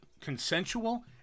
consensual